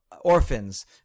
Orphans